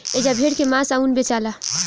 एजा भेड़ के मांस आ ऊन बेचाला